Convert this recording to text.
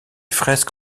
fresques